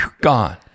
gone